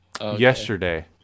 yesterday